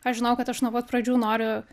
aš žinojau kad aš nuo pat pradžių noriu